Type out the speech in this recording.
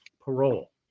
parole